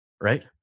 right